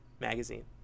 Magazine